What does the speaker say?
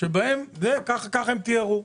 ככה הם תיארו.